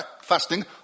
fasting